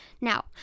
Now